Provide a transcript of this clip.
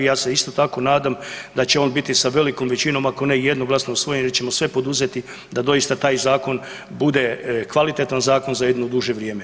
Ja se isto tako nadam da će on biti sa velikom većinom ako ne i jednoglasno usvojen, da ćemo sve poduzeti da doista taj zakon bude kvalitetan zakon za jedno duže vrijeme.